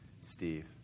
Steve